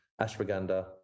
ashwagandha